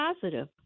positive